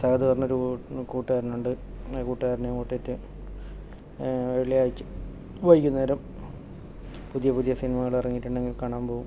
സാധാരണ ഒരു കൂട്ടുകാരനുണ്ട് ആ കൂട്ടുകാരനെയും കൂട്ടിയിട്ട് വെള്ളിയാഴ്ച വൈകുന്നേരം പുതിയ പുതിയ സിനിമകൾ ഇറങ്ങിയിട്ടുണ്ടെങ്കിൽ കാണാൻ പോകും